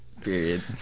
period